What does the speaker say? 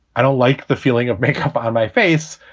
i don't like the feeling of makeup on my face.